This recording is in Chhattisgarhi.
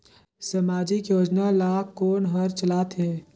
समाजिक योजना ला कोन हर चलाथ हे?